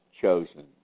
chosen